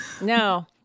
No